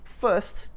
First